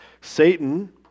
Satan